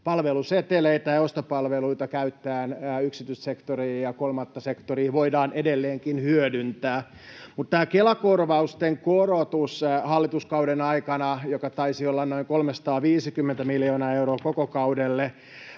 Palveluseteleitä ja ostopalveluita käyttäen yksityissektoria ja kolmatta sektoria voidaan edelleenkin hyödyntää, mutta tässä Kela-korvausten korotuksessa hallituskauden aikana, joka taisi olla noin 350 miljoonaa euroa koko kaudelle,